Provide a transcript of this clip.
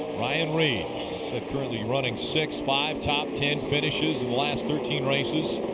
ryan reed currently running sixth. five top ten finishes in the last thirteen races.